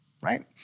Right